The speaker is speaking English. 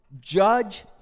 Judge